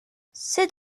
c’est